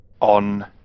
on